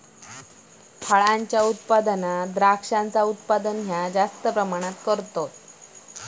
फलोत्पादनात द्रांक्षांचा उत्पादन जास्त प्रमाणात करतत